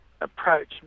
approach